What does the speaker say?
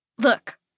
Look